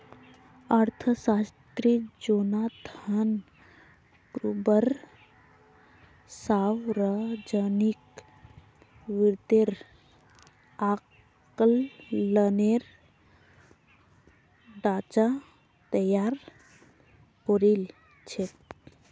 अर्थशास्त्री Jonathan Gruber सावर्जनिक वित्तेर आँकलनेर ढाँचा तैयार करील छेक